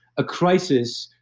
a crisis,